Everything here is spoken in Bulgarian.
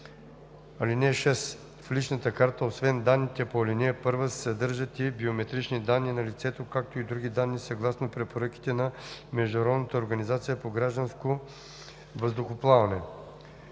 „(6) В личната карта освен данните по ал. 1 се съдържат и биометрични данни на лицето, както и други данни, съгласно препоръките на Международната организация по гражданско въздухоплаване